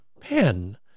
pen